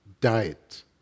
diet